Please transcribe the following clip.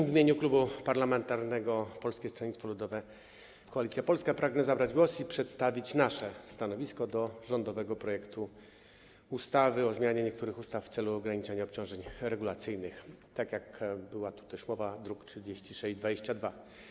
W imieniu Klubu Parlamentarnego Polskie Stronnictwo Ludowe - Koalicja Polska pragnę zabrać głos i przedstawić nasze stanowisko wobec rządowego projektu ustawy o zmianie niektórych ustaw w celu ograniczenia obciążeń regulacyjnych, druk nr 3622.